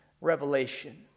revelation